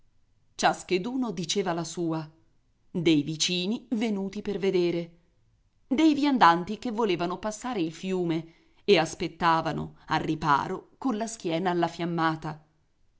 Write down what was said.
dio ciascheduno diceva la sua dei vicini venuti per vedere dei viandanti che volevano passare il fiume e aspettavano al riparo con la schiena alla fiammata